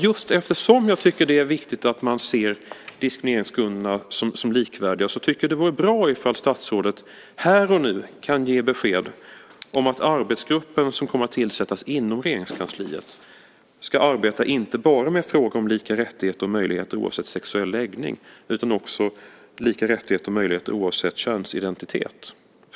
Just eftersom jag tycker att det är viktigt att se diskrimineringsgrunderna som likvärdiga tycker jag att det vore bra ifall statsrådet här och nu kunde ge besked om att den arbetsgrupp som kommer att tillsättas inom Regeringskansliet ska arbeta inte bara med frågor om lika rättigheter och möjligheter oavsett sexuell läggning utan också lika rättigheter och möjligheter oavsett könsidentitet.